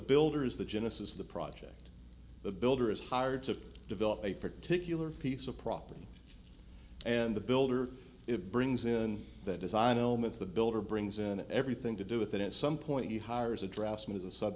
builder is the genesis of the project the builder is hired to develop a particular piece of property and the builder it brings in the design elements the builder brings in everything to do with it at some point he hires address me as a sub